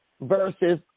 versus